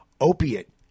opiate